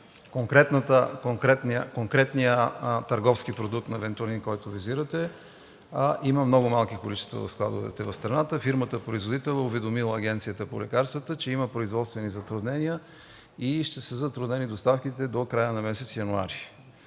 конкретния търговски продукт на Ventolin, който визирате, има много малки количества в складовете в страната. Фирмата производител е уведомила Агенцията по лекарствата, че има производствени затруднения и ще са затруднени доставките до края на месец януари